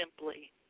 simply